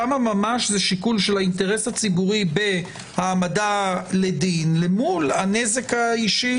שם זה שיקול של האינטרס הציבורי בהעמדה לדין למול הנזק האישי.